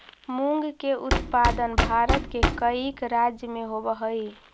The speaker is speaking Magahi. मूंग के उत्पादन भारत के कईक राज्य में होवऽ हइ